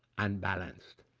and balanced.